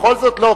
בכל זאת לא,